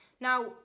Now